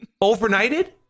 Overnighted